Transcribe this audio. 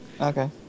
Okay